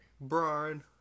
Brian